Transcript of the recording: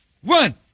one